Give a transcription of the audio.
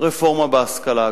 רפורמה בהשכלה הגבוהה,